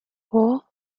war